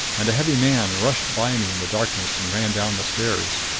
and a heavy man rushed by me in the darkness and ran down the stairs.